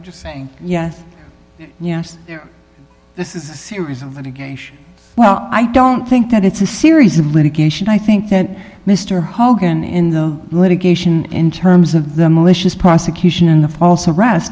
sorry just saying yes this is a series of litigation well i don't think that it's a series of litigation i think that mr hogan in the litigation in terms of the malicious prosecution in the false arrest